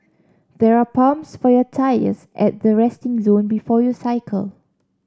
there are pumps for your tyres at the resting zone before you cycle